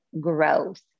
growth